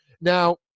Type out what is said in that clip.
now